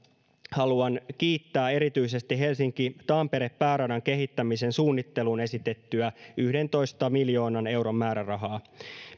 haluan kiittää erityisesti helsinki tampere pääradan kehittämisen suunnitteluun esitettyä yhdentoista miljoonan euron määrärahaa